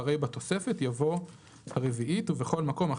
אחרי "בתוספת" יבוא "הרביעית ובכל מקום,